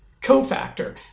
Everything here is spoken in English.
co-factor